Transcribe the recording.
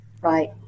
Right